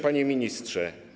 Panie Ministrze!